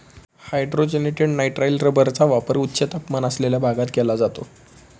hydrogenated nitrile रबरचा वापर उच्च तापमान असलेल्या भागात केला जातो